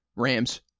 rams